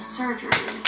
surgery